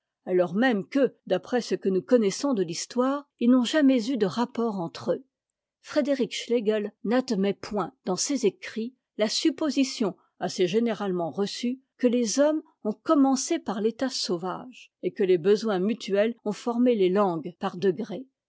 alors même que d'après ce que nous connaissons de l'histoire ils n'ont jamais eu de rapport entre eux frédéric schlegel n'admet point dans ses écrits la supposition assez généralement reçue que les hommes ont commencé par l'état sauvage et que les besoins mutuels ont formé les langues par degrés